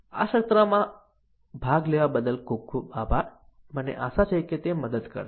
આ સત્રમાં ભાગ લેવા બદલ ખૂબ ખૂબ આભાર મને આશા છે કે તે મદદ કરશે